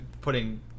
putting